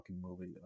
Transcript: Movie